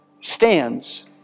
stands